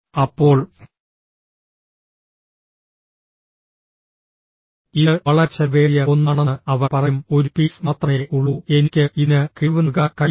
അപ്പോൾ ഇത് വളരെ ചെലവേറിയ ഒന്നാണെന്ന് അവർ പറയും ഒരു പീസ് മാത്രമേ ഉള്ളൂ എനിക്ക് ഇതിന് കിഴിവ് നൽകാൻ കഴിയില്ല